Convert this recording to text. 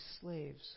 slaves